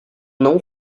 não